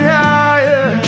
higher